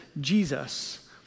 Jesus